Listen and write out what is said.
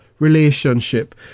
relationship